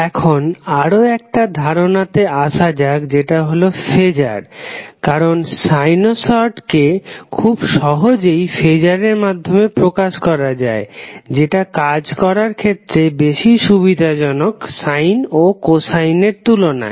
এখন আরও একটা ধারনাতে আসা যাক যেটা হলো ফেজার কারণ সাইনোসড খুব সহজেই ফেজারের মাধ্যমে প্রকাশ করা যায় যেটা কাজ করার ক্ষেত্রে বেশি সুবিধাজনক সাইন ও কোসাইন এর তুলনায়